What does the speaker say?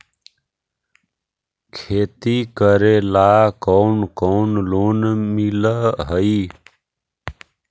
खेती करेला कौन कौन लोन मिल हइ?